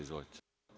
Izvolite.